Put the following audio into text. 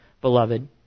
beloved